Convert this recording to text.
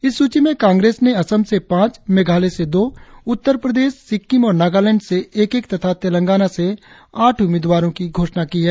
इस सूची में कांग्रेस ने असम से पांच मेघालय से दो उत्तर प्रदेश सिक्किम और नागालैंड से एक एक तथा तेलंगाना से आठ उम्मीदवारों की घोषणा की है